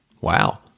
Wow